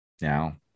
Now